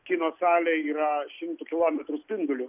kino salė yra šimtų kilometrų spinduliu